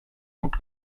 gut